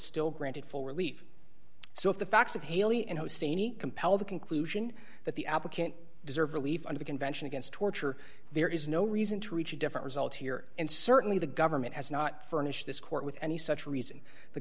still granted full relief so if the facts of hayley and hussainy compel the conclusion that the applicant deserve relief under the convention against torture there is no reason to reach a different result here and certainly the government has not furnished this court with any such reason the